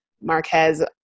Marquez